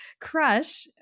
Crush